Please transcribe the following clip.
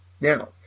Now